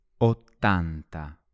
Ottanta